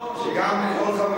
מקבלים דוח כל חודש.